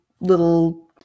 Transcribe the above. little